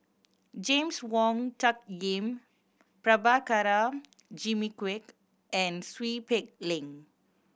James Wong Tuck Yim Prabhakara Jimmy Quek and Seow Peck Leng